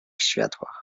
światłach